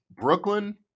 Brooklyn